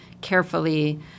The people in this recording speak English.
carefully